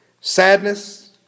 Sadness